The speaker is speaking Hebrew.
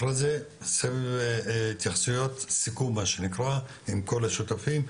אחרי זה סבב התייחסויות סיכום עם כל השותפים,